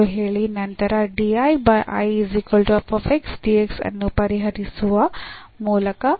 ಎಂದು ಹೇಳಿ ನಂತರ ಅನ್ನು ಪರಿಹರಿಸುವ ಮೂಲಕ